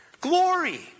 Glory